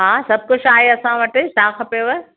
हा सभु कुझु आहे असां वटि छा खपेव